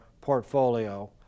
portfolio